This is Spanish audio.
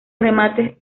remates